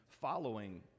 following